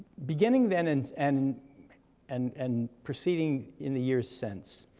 beginning then, and and and and preceding in the years since,